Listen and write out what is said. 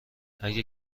اگه